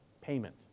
payment